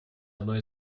одной